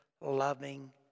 loving